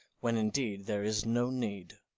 when indeed there is no need.